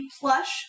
Plush